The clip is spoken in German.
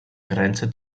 grenze